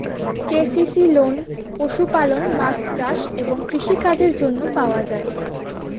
KCC loan পশুপালন, মাছ চাষ এবং কৃষি কাজের জন্য পাওয়া যায়